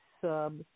sub